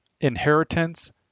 Inheritance